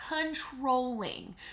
controlling